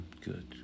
good